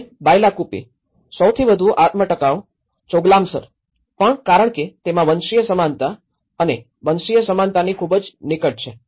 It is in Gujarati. અને બાયલાકુપ્પી સૌથી વધુ આત્મ ટકાઉ અને ચોગલામસર પણ કારણ કે તેમાં વંશીય સમાનતા અને વંશીય સમાનતાની ખૂબ જ નિકટ છે